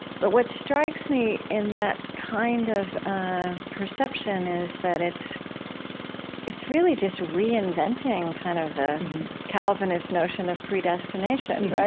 but what strikes me in that kind of perception is that it's it's really just reinventing kind of the calvinist notion of predestination, right?